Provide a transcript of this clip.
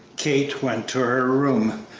kate went to her room,